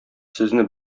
сезне